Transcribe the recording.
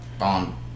On